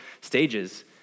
stages